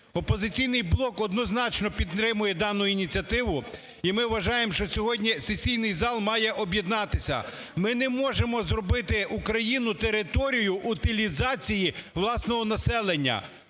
"Опозиційний блок" однозначно підтримує дану ініціативу, і ми вважаємо, що сьогодні сесійний зал має об'єднатися. Ми не можемо зробити Україну територією утилізації власного населення,